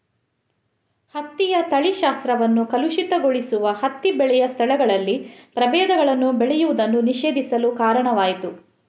ಹತ್ತಿಯ ತಳಿಶಾಸ್ತ್ರವನ್ನು ಕಲುಷಿತಗೊಳಿಸುವ ಹತ್ತಿ ಬೆಳೆಯ ಸ್ಥಳಗಳಲ್ಲಿ ಪ್ರಭೇದಗಳನ್ನು ಬೆಳೆಯುವುದನ್ನು ನಿಷೇಧಿಸಲು ಕಾರಣವಾಯಿತು